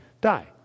die